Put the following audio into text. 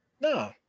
No